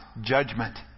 judgment